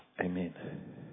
Amen